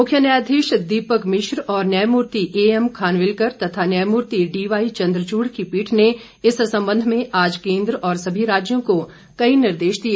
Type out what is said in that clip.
मख्य न्यायाधीश दीपक मिश्र और न्यायमूर्ति एएम खानविलकर तथा न्यायमूर्ति डीवाई चंद्रचूड़ की पीठ ने इस संबंध में आज केन्द्र और सभी राज्यों को कई निर्देश दिए